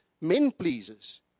men-pleasers